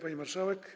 Pani Marszałek!